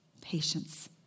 patience